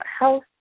health